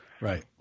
Right